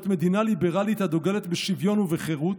להיות מדינה ליברלית הדוגלת בשוויון ובחירות,